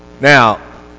Now